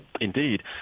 indeed